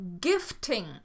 gifting